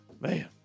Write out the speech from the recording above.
Man